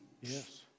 Yes